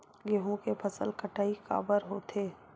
गेहूं के फसल कटाई काबर होथे?